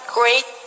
great